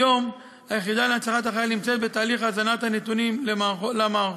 כיום היחידה להנצחת חייל נמצאת בתהליך הזנת הנתונים למערכות